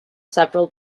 several